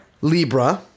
Libra